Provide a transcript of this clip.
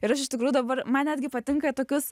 ir aš iš tikrųjų dabar man netgi patinka tokius